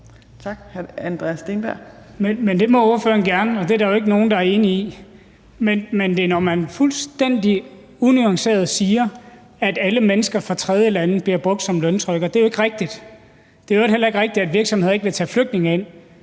Det må ordføreren gerne, og det er der jo ikke nogen der er uenige i. Men når man fuldstændig unuanceret siger, at alle mennesker fra tredjelande bliver brugt som løntrykkere, så er det jo ikke rigtigt. Det er i øvrigt heller ikke rigtigt, at virksomheder ikke vil tage flygtninge ind.